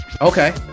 Okay